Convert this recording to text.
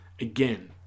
Again